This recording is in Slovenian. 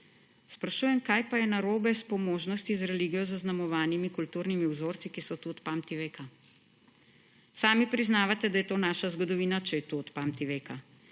Sprašujem, kaj pa je narobe s »po možnosti z religijo zaznamovanimi kulturnimi vzorci, ki so tukaj od pamtiveka«? Sami priznavate, da je to naša zgodovina, če je to od pamtiveka.